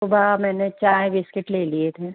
सुबह मैंने चाय बिस्किट ले लिए थे